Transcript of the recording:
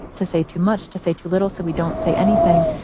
to say too much, to say too little. so we don't say anything.